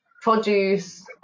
Produce